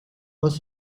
was